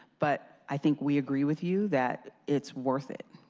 but i think we agree with you that it's worth it.